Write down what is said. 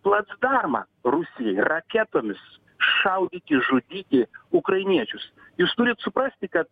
placdarmą rusijai raketomis šaudyti žudyti ukrainiečius jūs turit suprasti kad